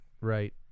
Right